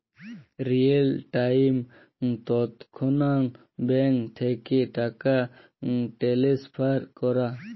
real time তৎক্ষণাৎ bank থ্যাইকে টাকা টেলেসফার ক্যরা